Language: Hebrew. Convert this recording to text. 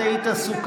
להבין אותו,